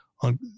on